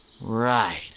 Right